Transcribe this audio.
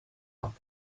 top